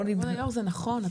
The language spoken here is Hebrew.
יושב הראש זה נכון,